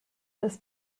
this